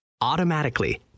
automatically